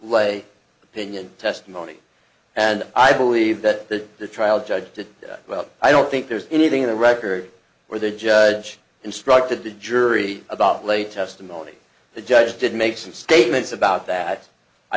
opinion testimony and i believe that the trial judge did well i don't think there's anything in the record where the judge instructed the jury about lay testimony the judge did make some statements about that i